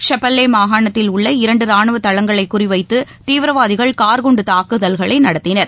ஷபெல்லேமாகாணத்தில் உள்ள இரண்டுராணுவதளங்களைகுறித்துவைத்துதீவிரவாதிகள் கார் குண்டுதாக்குதல்களைநடத்தினர்